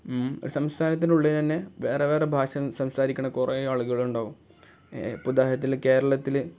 സംസ്ഥാനത്തിനുള്ളിൽ തന്നെ വേറെ വേറെ ഭാഷ സംസാരിക്കുന്ന കുറേ ആളുകൾ ഉണ്ടാകും ഇപ്പം ഉദാഹരണത്തിന് കേരളത്തിൽ